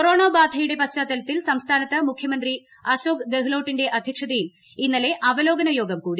corona ബാധയുടെ പശ്ചാത്തലത്തിൽ സംസ്ഥാനത്ത് മുഖ്യമന്ത്രി അശോക് ഗെഹ്ലോട്ടിന്റെ അധ്യക്ഷതയിൽ ഇന്നലെ അവലോകന യോഗം കൂടി